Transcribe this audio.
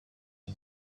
lui